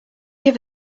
give